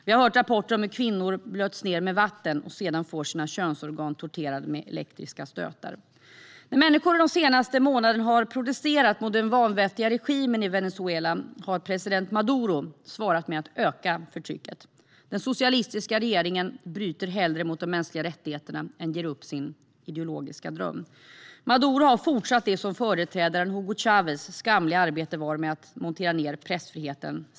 Vi har hört rapporter om hur kvinnor blöts ned med vatten och sedan får sina könsorgan torterade med elektriska stötar. När människor den senaste månaden har protesterat mot den vanvettiga regimen i Venezuela har president Maduro svarat med att öka förtrycket. Den socialistiska regeringen bryter hellre mot de mänskliga rättigheterna än ger upp sin ideologiska dröm. Maduro har fortsatt företrädaren Hugo Chávez skamliga arbete med att montera ned pressfriheten.